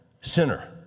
sinner